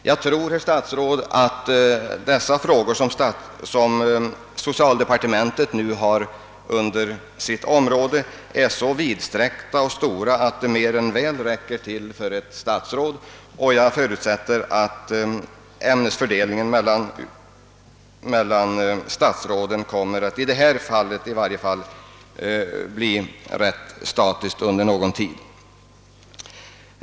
Jag tror, herr statsråd, att de frågor som socialdepartementet nu har inom sitt område är så vidsträckta och stora, att de mer än väl räcker till för ett statsråd. Jag förutsätter därför att ämnesfördelningen mellan statsråden kommer att i åtminstone i detta fall bli ganska oförändrad under någon tid.